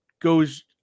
goes –